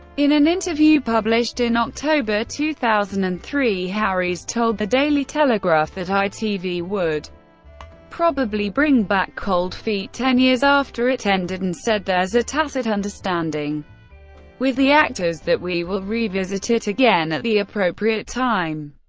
in an interview published in october two thousand and three, harries told the daily telegraph that itv would probably bring back cold feet ten years after it ended, and said, there's a tacit understanding with the actors that we will re-visit it again at the appropriate time.